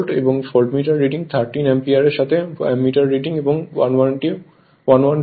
এবং voltmeter reading 13 এম্পিয়ারের সাথে অ্যামিটার রিডিং এবং 112 হয়